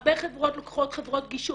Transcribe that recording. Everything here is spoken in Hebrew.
הרבה חברות לוקחות חברות גישור.